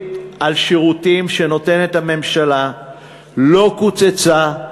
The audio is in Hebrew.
על שירותים שנותנת הממשלה לא קוצצה,